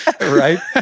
Right